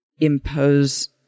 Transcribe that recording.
impose